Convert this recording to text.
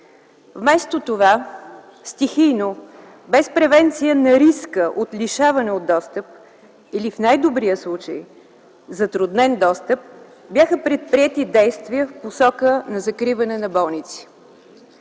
Вместо това, стихийно, без превенция на риска от лишаване от достъп или в най-добрия случай затруднен достъп, бяха предприети действия в посока на закриване на болници.